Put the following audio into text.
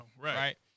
right